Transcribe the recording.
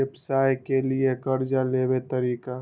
व्यवसाय के लियै कर्जा लेबे तरीका?